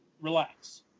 relax